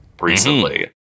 recently